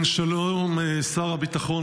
שלום, שר הביטחון.